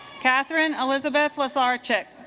katherine elizabeth with our chick